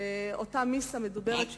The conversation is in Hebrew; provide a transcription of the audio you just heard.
שקשור לאותה מיסה מדוברת,